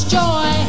joy